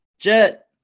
Jet